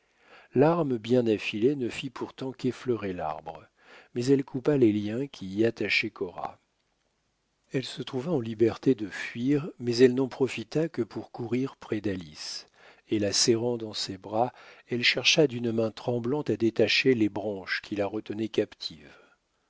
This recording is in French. l'arme bien affilée ne fit pourtant qu'effleurer l'arbre mais elle coupa les liens qui y attachaient cora elle se trouva en liberté de fuir mais elle n'en profita que pour courir près d'alice et la serrant dans ses bras elle chercha d'une main tremblante à détacher les branches qui la retenaient captive